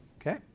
Okay